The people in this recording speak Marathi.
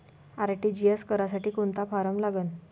आर.टी.जी.एस करासाठी कोंता फारम भरा लागन?